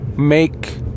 make